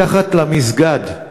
מתחת למסגד,